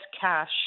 cash